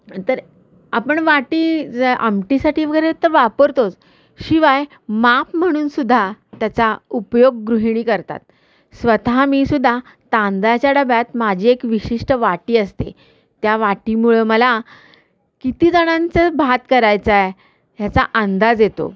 तर आपण वाटी जर आमटीसाठी वगैरे तर वापरतोच शिवाय माप म्हणूनसुद्धा त्याचा उपयोग गृहिणी करतात स्वतः मीसुद्धा तांदळाच्या डब्यात माझी एक विशिष्ट वाटी असते त्या वाटीमुळं मला कितीजणांचा भात करायचा आहे ह्याचा अंदाज येतो